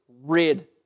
rid